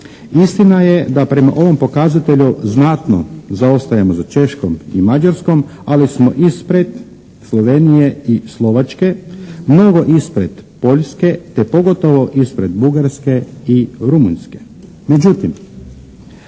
Istina je da prema ovom pokazatelju znatno zaostajemo za Češkom i Mađarskom, ali smo ispred Slovenije i Slovačke, mnogo ispred Poljske, te pogotovo ispred Bugarske i Rumunjske. Međutim,